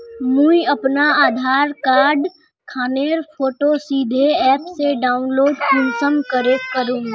मुई अपना आधार कार्ड खानेर फोटो सीधे ऐप से डाउनलोड कुंसम करे करूम?